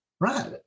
Right